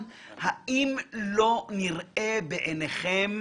האם לא נראה בעיניכם